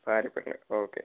Parippally okay